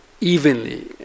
evenly